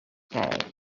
said